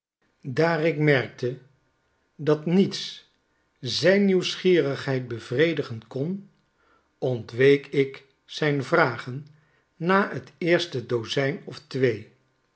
daar ik merkte dat niets zijn nieuwsgierigheid bevredigen kon ontweek ik zijn vragen na het eerste dozijn of twee